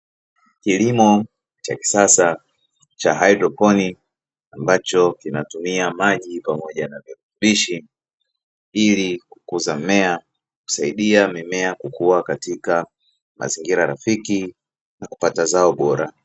Kilimo cha kisasa cha haidroponi ambacho kinatumia maji pamoja na virutubishi ili kukuza mmea, kusaidia mimea kukua katika mazingira rafiki na kupata zao bora.